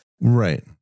Right